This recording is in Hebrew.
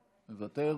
מוותר,